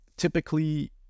Typically